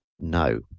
No